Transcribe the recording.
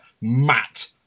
Matt